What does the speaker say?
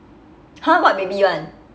!huh! what baby [one]